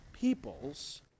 people's